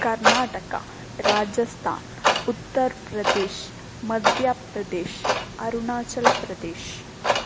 Karnataka Rajasthan Uttar Pradesh Madhya Pradesh Arunachal Pradesh